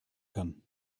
kann